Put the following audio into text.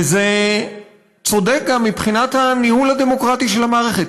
וזה צודק גם מבחינת הניהול הדמוקרטי של המערכת.